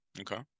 Okay